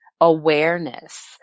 awareness